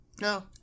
No